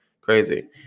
crazy